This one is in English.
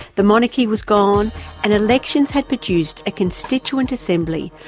the monarchy was gone and elections had produced a constituent assembly,